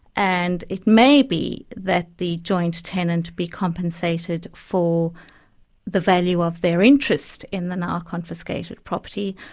and it may be that the joint tenant be compensated for the value of their interest in the now confiscated property.